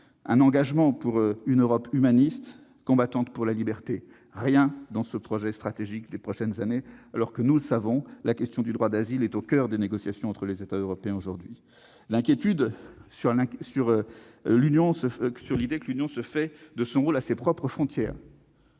d'un engagement pour une Europe humaniste, combattant pour la liberté. Dans ce projet stratégique, il n'y a rien ! Pourtant, nous le savons, la question du droit d'asile est au coeur des négociations entre les États européens aujourd'hui. Il y a une inquiétude sur l'idée que l'Union se fait de son rôle à ses propres frontières.